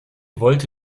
wollte